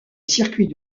circuit